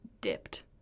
dipped